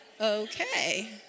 Okay